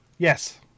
Yes